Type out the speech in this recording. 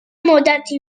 مدتی